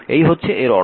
এই হচ্ছে এর অর্থ